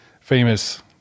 famous